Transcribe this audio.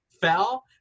Fell